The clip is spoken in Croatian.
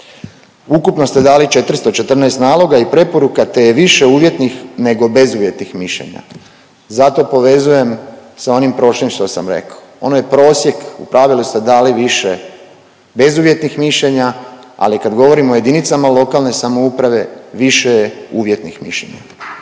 Ukupno ste dali 414 naloga i preporuka, te je više uvjetnih nego bezuvjetnih mišljenja. Zato povezujem sa onim prošlim što sam rekao. Ono je prosjek, u pravilu ste dali više bezuvjetnih mišljenja, ali kad govorimo o jedinicama lokalne samouprave više je uvjetnih mišljenja.